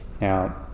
Now